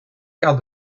quart